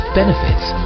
benefits